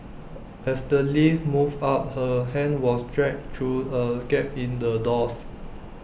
as the lift moved up her hand was dragged through A gap in the doors